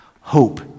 Hope